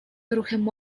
ruchem